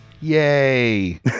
Yay